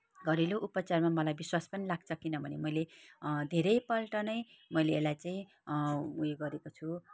घरेलु उपचारमा मलाई विश्वास पनि लाग्छ किनभने मैले धेरैपल्ट नै मैले यसलाई चाहिँ उयो गरेको छु